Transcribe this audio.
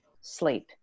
sleep